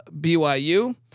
BYU